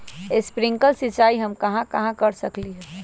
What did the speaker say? Sprinkle सिंचाई हम कहाँ कहाँ कर सकली ह?